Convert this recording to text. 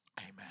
Amen